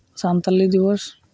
Santali Diwas